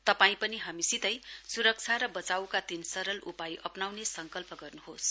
तपाईं पनि हामीसितै सुरक्षा र बचाईका तीन सरल उपाय अप्नाउने संकल्प गर्नुहोस